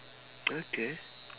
okay